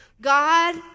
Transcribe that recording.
God